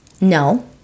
No